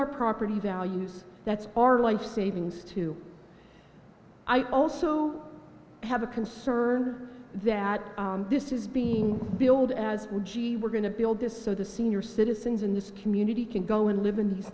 our property values that's our life savings to i also have a concern that this is being billed as gee we're going to build this so the senior citizens in this community can go and live in th